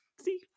see